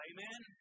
Amen